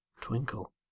Twinkle